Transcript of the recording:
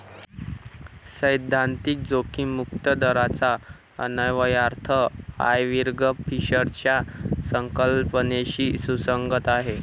सैद्धांतिक जोखीम मुक्त दराचा अन्वयार्थ आयर्विंग फिशरच्या संकल्पनेशी सुसंगत आहे